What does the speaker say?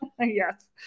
Yes